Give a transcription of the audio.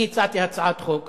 אני הצעתי הצעת חוק,